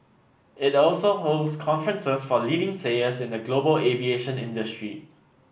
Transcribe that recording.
it also hosts conferences for leading players in the global aviation industry